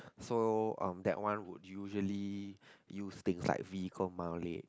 so um that one would usually use things like vehicle mileage